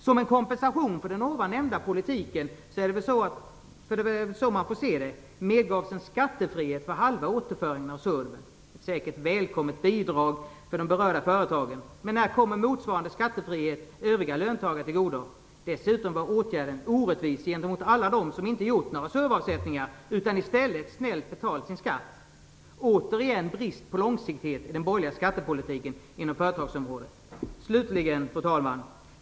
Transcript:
Som en kompensation för den tidigare nämnda politiken - det är väl så man får se det - medgavs en skattefrihet för halva återföringen av denna SURV. Ett säkert välkommet bidrag för de berörda företagen. När kommer motsvarande skattefrihet övriga löntagare till godo? Dessutom var åtgärden orättvis gentemot alla dem som inte gjorde några SURV avsättningar utan i stället snällt betalade sin skatt. Återigen ser vi en brist på långsiktighet i den borgerliga skattepolitiken på företagsområdet. Fru talman!